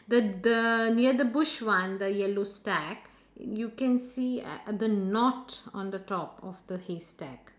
the the near the bush one the yellow stack you can see uh the knot on the top of the haystack